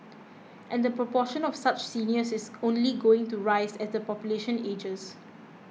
and the proportion of such seniors is only going to rise as the population ages